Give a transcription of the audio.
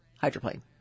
hydroplane